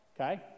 okay